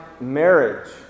marriage